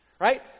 Right